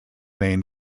main